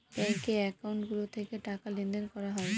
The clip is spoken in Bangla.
ব্যাঙ্কে একাউন্ট গুলো থেকে টাকা লেনদেন করা হয়